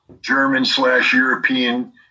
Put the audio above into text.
German-slash-European